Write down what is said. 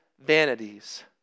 vanities